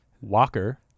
Walker